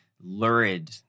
lurid